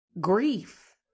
grief